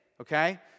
okay